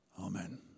Amen